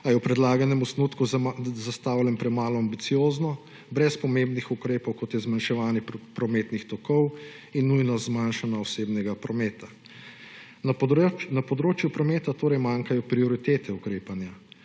a je v predlaganem osnutku zastavljen premalo ambiciozno, brez pomembnih ukrepov, kot je zmanjševanje prometnih tokov in nujnost zmanjšanja osebnega prometa. Na področju prometa torej manjkajo prioritete ukrepanja.